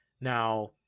now